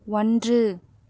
ஒன்று